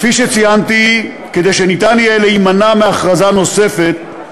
כפי שציינתי, כדי שיהיה אפשר להימנע מהכרזה נוספת,